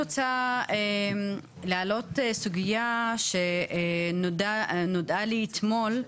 אני רוצה להעלות סוגיה עליה נודע לי אתמול.